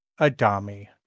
Adami